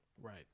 Right